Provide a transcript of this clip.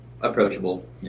approachable